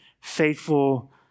faithful